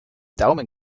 daumen